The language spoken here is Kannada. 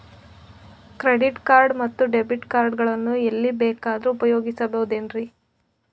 ಕ್ರೆಡಿಟ್ ಕಾರ್ಡ್ ಮತ್ತು ಡೆಬಿಟ್ ಕಾರ್ಡ್ ಗಳನ್ನು ಎಲ್ಲಿ ಬೇಕಾದ್ರು ಉಪಯೋಗಿಸಬಹುದೇನ್ರಿ?